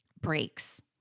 breaks